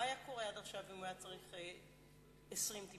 מה היה קורה עד עכשיו אם הוא היה צריך 20 טיפולים?